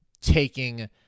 taking